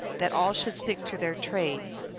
that all should stick to their trades,